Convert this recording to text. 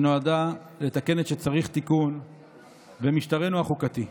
שנועדה לתקן את שצריך תיקון במשטרנו החוקתי.